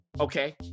okay